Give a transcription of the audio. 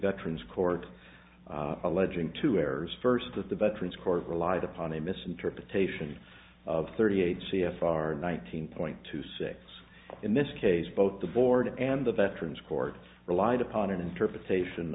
veterans court alleging two errors first that the veterans court relied upon a misinterpretation of thirty eight c f r nineteen point two six in this case both the board and the veterans court relied upon an interpretation